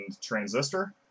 Transistor